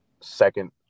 second